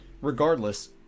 regardless